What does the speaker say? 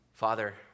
Father